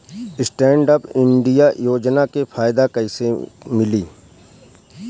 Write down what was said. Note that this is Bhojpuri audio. स्टैंडअप इंडिया योजना के फायदा कैसे मिली?